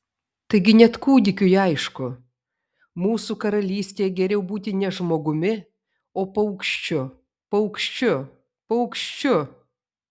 taigi net kūdikiui aišku mūsų karalystėje geriau būti ne žmogumi o paukščiu paukščiu paukščiu